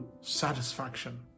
satisfaction